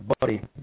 buddy